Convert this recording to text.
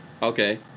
Okay